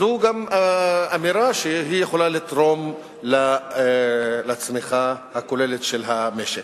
זו גם אמירה שיכולה לתרום לצמיחה הכוללת של המשק.